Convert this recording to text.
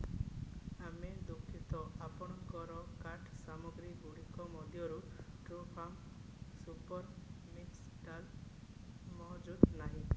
ଆମେ ଦୁଃଖିତ ଆପଣଙ୍କର କାର୍ଟ୍ ସାମଗ୍ରୀଗୁଡ଼ିକ ମଧ୍ୟରୁ ଟ୍ରୁଫାର୍ମ୍ ସୁପର ମିକ୍ସ ଡାଲ୍ ମହଜୁଦ ନାହିଁ